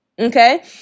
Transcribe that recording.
Okay